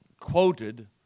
quoted